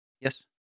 Yes